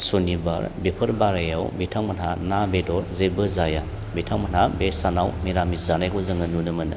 सनिबार बेफोर बारायाव बिथांमोनहा ना बेदर जेबो जाया बिथांमोनहा बे सानाव मिरामिस जानायखौ जोङो नुनो मोनो